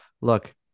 look